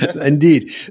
Indeed